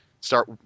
start